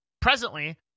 presently